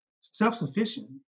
self-sufficient